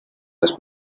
las